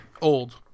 old